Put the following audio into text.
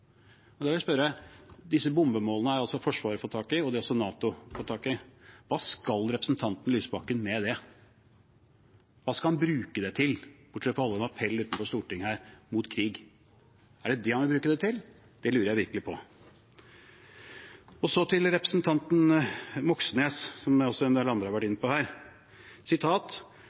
i. Da vil jeg spørre: Hva skal representanten Lysbakken med det? Hva skal han bruke det til, bortsett fra å holde en appell utenfor Stortinget mot krig? Er det det han vil bruke det til? Det lurer jeg virkelig på. Så til representanten Moxnes, som også en del andre har vært inne på,